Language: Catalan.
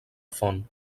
font